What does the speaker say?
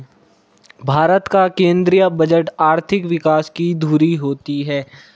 भारत का केंद्रीय बजट आर्थिक विकास की धूरी होती है